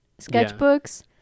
sketchbooks